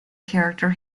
character